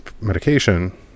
medication